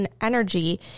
energy